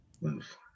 Wonderful